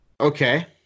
Okay